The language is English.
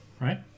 Right